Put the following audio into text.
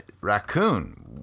raccoon